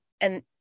And-